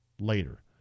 later